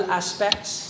aspects